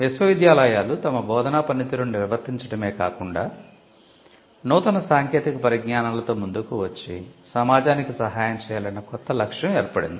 విశ్వవిద్యాలయాలు తమ బోధనా పనితీరును నిర్వర్తించడమే కాకుండా నూతన సాంకేతిక పరిజ్ఞానాలతో ముందుకు వచ్చి సమాజానికి సహాయం చేయాలన్న కొత్త లక్ష్యం ఏర్పడింది